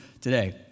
today